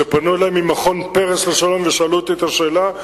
שפנו אלי ממכון פרס לשלום ושאלו אותי את השאלה,